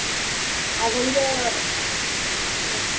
ᱟᱫᱚ ᱤᱭᱟᱹ ᱦᱮᱸ